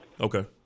Okay